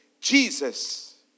Jesus